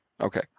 Okay